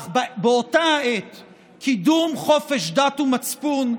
אך באותה העת קידום חופש דת ומצפון,